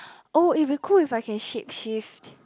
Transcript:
oh it'll be cool if I can shape shift